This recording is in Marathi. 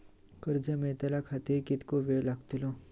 कर्ज मेलाच्या खातिर कीतको वेळ लागतलो?